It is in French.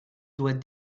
doit